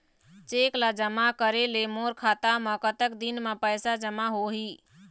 Cheque ला जमा करे ले मोर खाता मा कतक दिन मा पैसा जमा होही?